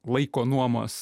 laiko nuomos